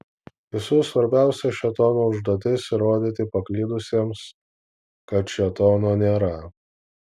visų svarbiausia šėtono užduotis įrodyti paklydusiems kad šėtono nėra